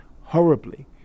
horribly